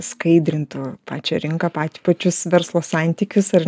skaidrintų pačią rinką pač pačius verslo santykius ar